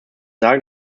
sagen